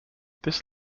this